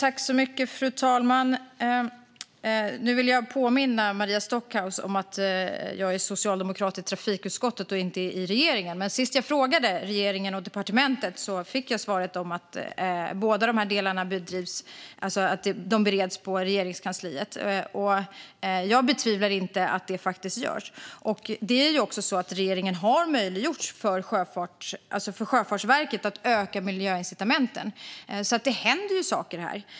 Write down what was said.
Fru talman! Jag vill påminna Maria Stockhaus om att jag är socialdemokrat i trafikutskottet och inte i regeringen. Men senast jag frågade regeringen och departementet fick jag svaret att båda tillkännagivandena bereds i Regeringskansliet, och jag betvivlar inte att det faktiskt görs. Regeringen har också möjliggjort för Sjöfartsverket att öka miljöincitamenten, så det händer ju saker här.